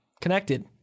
Connected